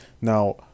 now